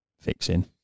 fixing